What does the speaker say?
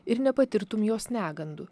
ir nepatirtum jos negandų